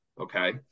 Okay